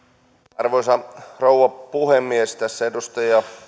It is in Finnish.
arvoisa rouva puhemies tässä edustaja